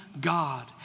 God